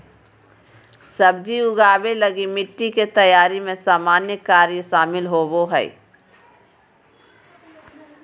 सब्जी उगाबे लगी मिटटी के तैयारी में सामान्य कार्य शामिल होबो हइ